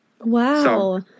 Wow